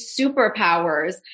superpowers